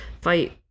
fight